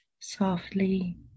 softly